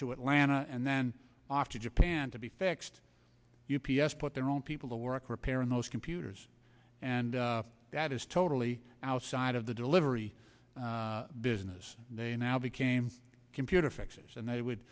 to atlanta and then off to japan to be fixed u p s put their own people to work repairing those computers and that is totally outside of the delivery business they now became computer fixes and they would